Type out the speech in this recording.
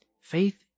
Faith